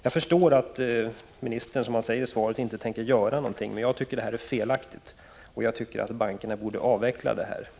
Jag förstår att ministern, som han säger i svaret, inte tänker göra någonting. Men jag tycker att systemet med serviceavgifter är felaktigt och att bankerna borde avveckla det.